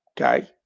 okay